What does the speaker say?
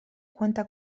cuenta